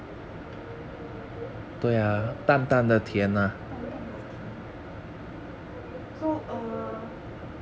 淡淡的甜 so err